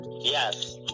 Yes